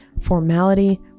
formality